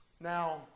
Now